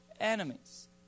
enemies